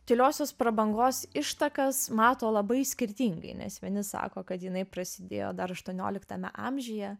tyliosios prabangos ištakas mato labai skirtingai nes vieni sako kad jinai prasidėjo dar aštuonioliktame amžiuje